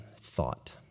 thought